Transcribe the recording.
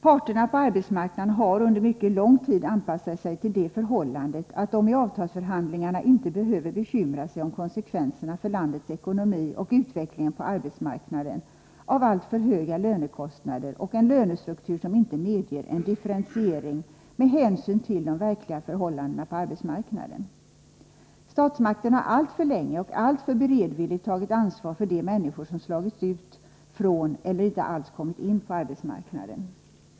Parterna på arbetsmarknaden har under mycket lång tid anpassat sig till det förhållandet att de i avtalsförhandlingarna inte behöver bekymra sig om konsekvenserna för landets ekonomi och utvecklingen på arbetsmarknaden av alltför höga lönekostnader och en lönestruktur som inte medger en differentiering med hänsyn till de verkliga förhållandena på arbetsmarknaden. Statsmakterna har alltför länge och alltför beredvilligt tagit ansvar för de människor som slagits ut från eller inte alls kommit in på arbetsmarknaden.